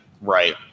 Right